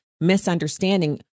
misunderstanding